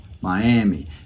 Miami